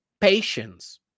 Patience